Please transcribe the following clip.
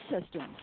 systems